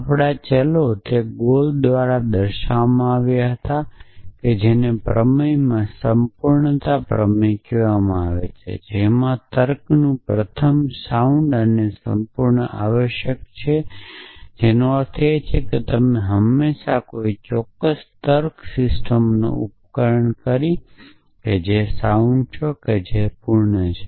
આપણાં ચલો તે ગોલ દ્વારાદર્શાવવામાં આવ્યા હતા જેને પ્રમેયમાં સંપૂર્ણતા પ્રમેય કહેવામાં આવે છે જેમાં તર્કનું પ્રથમ સાઉન્ડ અને સંપૂર્ણ આવશ્યક છે જેનો અર્થ છે કે તમે હંમેશાં કોઈ ચોક્કસ તર્ક સિસ્ટમનું ઉપકરણ કરી શકો છો જે સાઉન્ડ છે અને જે પૂર્ણ છે